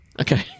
Okay